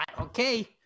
Okay